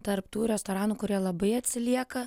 tarp tų restoranų kurie labai atsilieka